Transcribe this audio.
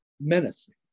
menacing